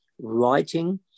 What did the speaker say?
writing